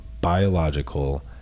biological